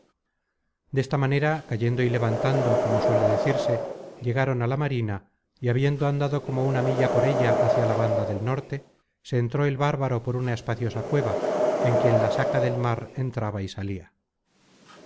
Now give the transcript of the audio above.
seguia desta manera cayendo y levantando como decirse suele llegaron á la marina y habiendo andado como una milla por ella hacia la banda del norte se entró el bárbaro por una espaciosa cueva en quien la saca del mar entraba y salia